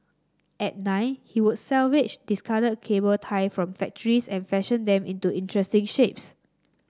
at nine he would salvage discarded cable tie from factories and fashion them into interesting shapes